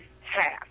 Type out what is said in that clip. half